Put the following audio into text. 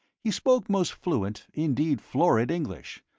he spoke most fluent, indeed florid, english.